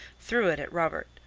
threw it at robert,